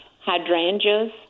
hydrangeas